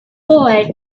boy